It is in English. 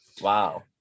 Wow